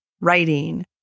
writing